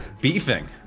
Beefing